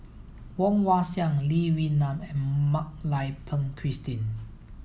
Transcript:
Woon Wah Siang Lee Wee Nam and Mak Lai Peng Christine